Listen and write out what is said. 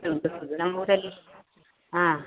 ಉಂಟು ಹೌದು ನಮ್ಮೂರಲ್ಲಿ ಹಾಂ